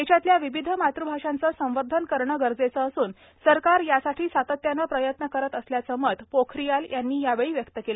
देशातल्या विविध मातुभाषांचं संवर्धन करणं गरजेचं असून सरकार यासाठी सातत्यानं प्रयत्न करत असल्याचं मत पोखरियाल यांनी यावेळी व्यक्त केलं